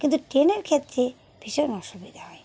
কিন্তু ট্রেনের ক্ষেত্রে ভীষণ অসুবিধা হয়